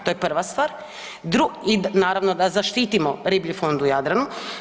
To je prva stvar i naravno da zaštitimo riblji fond u Jadranu.